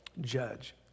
judge